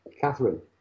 Catherine